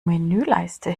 menüleiste